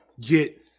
get